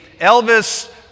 Elvis